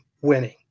winning